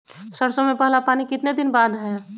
सरसों में पहला पानी कितने दिन बाद है?